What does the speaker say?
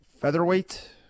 featherweight